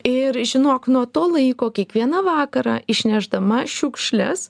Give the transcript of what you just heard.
ir žinok nuo to laiko kiekvieną vakarą išnešdama šiukšles